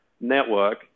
network